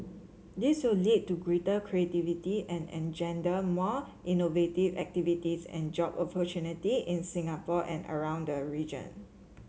this will lead to greater creativity and engender more innovative activities and job opportunity in Singapore and around the region